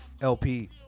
LP